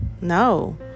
no